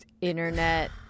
internet